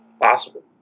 Possible